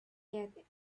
yet